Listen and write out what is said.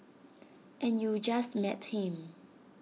and you just met him